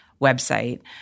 website